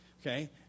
Okay